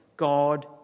God